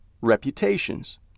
reputations